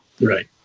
Right